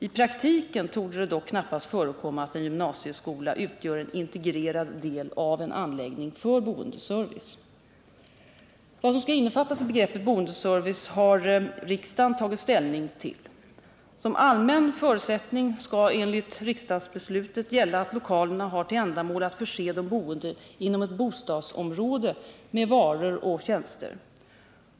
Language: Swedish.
I praktiken torde d2t dock knappast förekomma att en gymnasieskola utgör en integrerad del av en anläggning för bostadsservice. Vad som skall innefattas i begreppet boendeservice har riksdagen tagit ställning till . Som allmän förutsättning skall enligt riksdagsbeslutet gälla att lokalerna har till ändamål att förse de boende inom ett bostadsområde med varor och tjänster.